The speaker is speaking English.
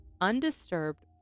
undisturbed